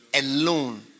alone